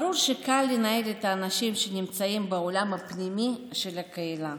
ברור שקל לנהל את האנשים שנמצאים בעולם הפנימי של הקהילה.